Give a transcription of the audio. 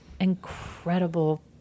incredible